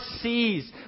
sees